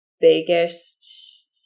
biggest